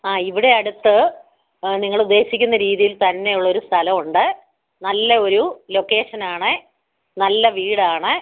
ആ ഇവിടെ അടുത്ത് നിങ്ങളുദ്ദേശിക്കുന്ന രീതിയിൽ തന്നെയുള്ളൊരു സ്ഥലം ഉണ്ട് നല്ല ഒരു ലൊക്കേഷനാണ് നല്ല വീടാണ്